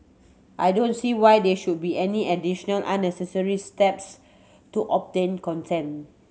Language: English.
I don't see why there should be any additional unnecessary steps to obtain contain